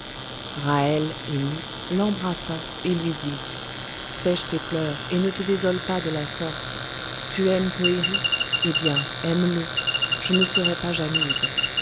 émue l'embrassa et lui dit sèche tes pleurs et ne te désole pas de la sorte tu aimes poëri eh bien aime-le je ne serai pas jalouse